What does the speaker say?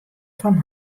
fan